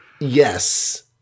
Yes